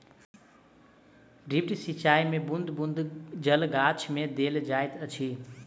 drip सिचाई मे बूँद बूँद जल गाछ मे देल जाइत अछि